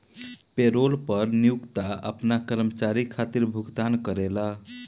payroll कर नियोक्ता आपना कर्मचारी खातिर भुगतान करेला